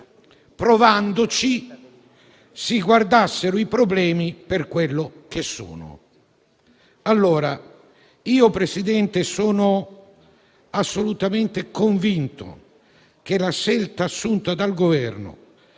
provandoci, si dovrebbe guardare ai problemi per quello che sono. Allora, Presidente, sono assolutamente convinto che la scelta assunta dal Governo